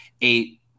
eight